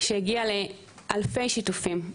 שהגיע לאלפי שיתופים.